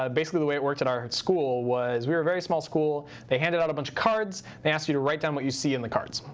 ah basically, the way it worked at our school was we were a very small school. they handed out a bunch of cards. they asked you to write down what you see in the cards.